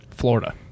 Florida